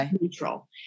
neutral